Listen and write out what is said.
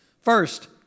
First